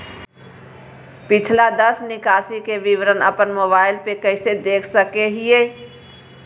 पिछला दस निकासी के विवरण अपन मोबाईल पे कैसे देख सके हियई?